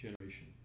generation